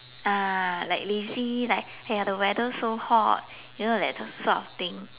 ah like lazy like !haiya! the weather so hot you know that sort of thing